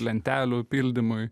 lentelių pildymui